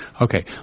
Okay